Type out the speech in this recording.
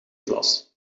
klas